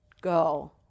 go